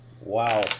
Wow